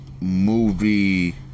movie